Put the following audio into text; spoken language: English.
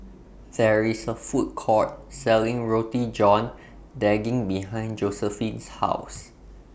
There IS A Food Court Selling Roti John Daging behind Josephine's House